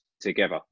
together